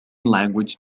language